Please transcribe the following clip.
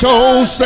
told